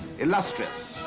illustrious,